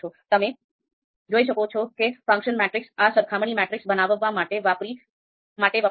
તમે જોઈ શકો છો કે ફંક્શન 'મેટ્રિક્સ' આ સરખામણી મેટ્રિક્સ બનાવવા માટે વપરાય છે